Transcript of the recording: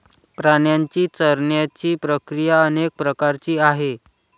प्राण्यांची चरण्याची प्रक्रिया अनेक प्रकारची आहे